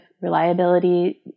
reliability